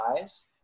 eyes